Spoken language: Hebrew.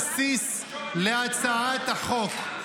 רק שאלתי מה לו ולחוק השידור.